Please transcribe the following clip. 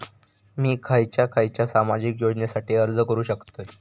मी खयच्या खयच्या सामाजिक योजनेसाठी अर्ज करू शकतय?